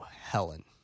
Helen